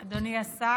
היושב-ראש, אדוני השר,